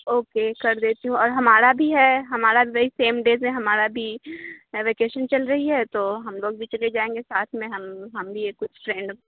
okay کر دیتی ہوں اور ہمارا بھی ہے ہمارا ویج سیم ڈیز میں ہمارا بھی ویکیشن چل رہی ہے تو ہم لوگ بھی چلے جائیں گے ساتھ میں ہم ہم بھی ہیں کچھ فرینڈ